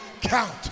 count